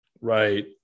right